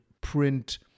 print